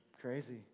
Crazy